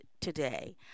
today